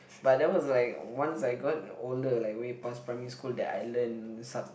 but that was like once I got older like way past primary school that I learn such